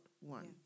one